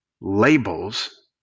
labels